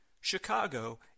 Chicago